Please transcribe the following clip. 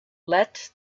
let